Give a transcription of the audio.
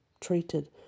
treated